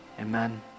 amen